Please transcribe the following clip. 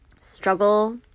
struggle-